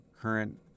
current